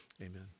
Amen